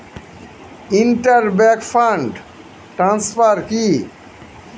Inter bank fund transfer কি?